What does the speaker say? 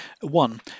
one